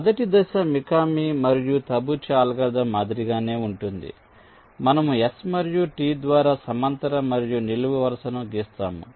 మొదటి దశ మికామి మరియు తబుచి అల్గోరిథం మాదిరిగానే ఉంటుంది మనము S మరియు T ద్వారా సమాంతర మరియు నిలువు వరుసను గిస్తాము